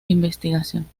investigación